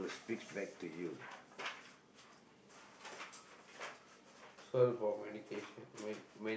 speaks back to you